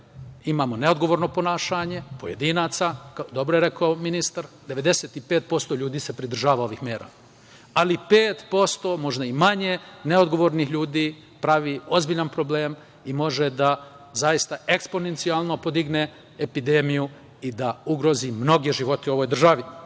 imamo neodgovorno ponašanje pojedinaca. Dobro je rekao ministar, 95% ljudi se pridržava ovih mera, ali 5%, možda i manje, neodgovornih ljudi pravi ozbiljne probleme i može da zaista eksponencijalno podigne epidemiju i da ugrozi mnoge živote u ovoj državi.